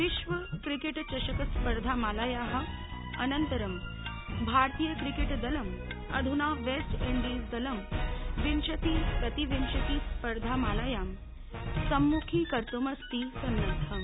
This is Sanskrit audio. विश्व क्रिकेट चषक स्पर्धा मालायाः अनन्तरं भारतीय क्रिकेट दलं अध्ना वेस्ट इण्डीज़ दलं विंशति प्रतिविंशति स्पर्धा मालायां सम्मुखी कर्तम् अस्ति सन्नद्धम्